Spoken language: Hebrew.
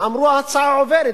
אמרו: ההצעה עוברת,